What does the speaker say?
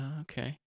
Okay